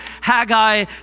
Haggai